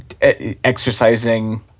exercising